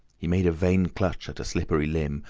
he made a vain clutch at a slippery limb,